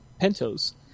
Pento's